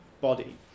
body